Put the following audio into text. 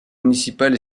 municipale